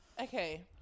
Okay